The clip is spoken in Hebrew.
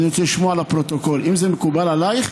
אני רוצה לשמוע לפרוטוקול אם זה מקובל עלייך.